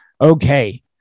Okay